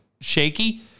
shaky